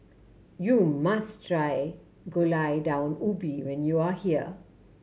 you must try Gulai Daun Ubi when you are here